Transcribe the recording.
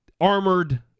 armored